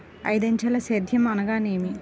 ఐదంచెల సేద్యం అనగా నేమి?